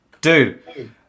Dude